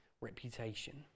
reputation